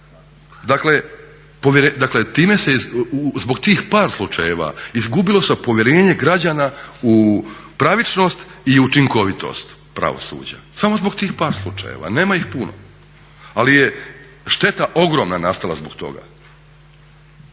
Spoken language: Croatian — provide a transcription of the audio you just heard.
ih on. Zbog tih par slučajeva izgubilo se povjerenje građana u pravičnost i učinkovitost pravosuđa, samo zbog tih par slučajeva, nema ih puno, ali je šteta ogromna nastala zbog toga